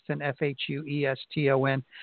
F-H-U-E-S-T-O-N